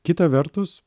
kita vertus